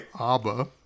Abba